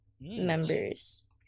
members